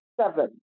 seven